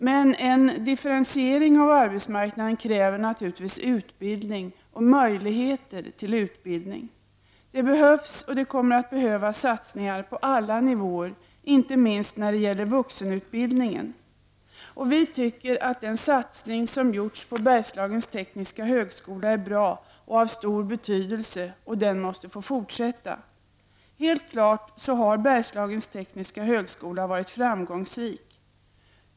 Men en differentiering av arbetsmarknaden kräver naturligtvis utbildning och möjligheter till utbildning. Det behövs och kommer att behövas satsningar på alla nivåer, inte minst när det gäller vuxenutbildningen. Vi tycker att den satsning som gjorts på Bergslagens tekniska högskola är bra och av stor betydelse, och den måste få fortsätta. Helt klart har Bergslagens tekniska högskola varit framgångsrik.